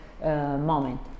moment